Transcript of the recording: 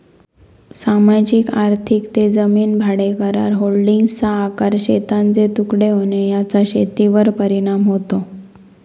सामाजिक आर्थिक ते जमीन भाडेकरार, होल्डिंग्सचा आकार, शेतांचे तुकडे होणे याचा शेतीवर परिणाम होतो